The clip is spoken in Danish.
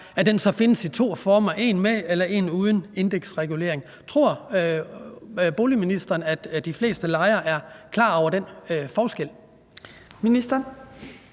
findes den i to former, nemlig en med og en uden indeksregulering. Tror ministeren, at de fleste lejere er klar over den forskel?